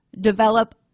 develop